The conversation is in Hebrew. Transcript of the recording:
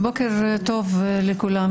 בוקר טוב לכולם.